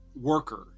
worker